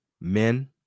men